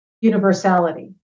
universality